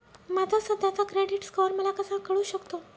माझा सध्याचा credit score मला कसा कळू शकतो?